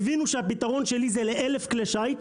הבינו שהפתרון שלי זה ל-1000 כלי שיט,